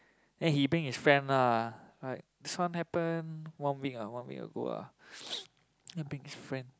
then he bring his friend lah like this one happen one week ah one week ago lah then bring his friend